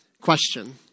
question